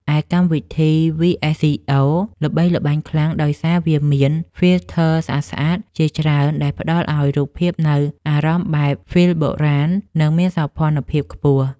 ឯកម្មវិធី វី-អេស-ស៊ី-អូ ល្បីល្បាញខ្លាំងដោយសារវាមាន ហ្វីលធ័រស្អាតៗជាច្រើនដែលផ្តល់ឱ្យរូបភាពនូវអារម្មណ៍បែបហ្វីលបុរាណ និងមានសោភ័ណភាពខ្ពស់។